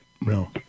no